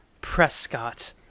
Prescott